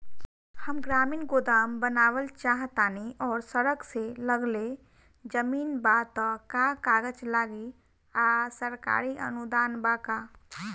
हम ग्रामीण गोदाम बनावल चाहतानी और सड़क से लगले जमीन बा त का कागज लागी आ सरकारी अनुदान बा का?